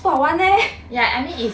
yeah I mean if